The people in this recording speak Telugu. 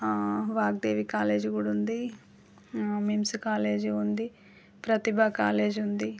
వాగ్దేవి కాలేజీ కూడా ఉంది మిమ్స్ కాలేజీ ఉంది ప్రతిభ కాలేజ్ ఉంది